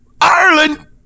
Ireland